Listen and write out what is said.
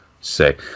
say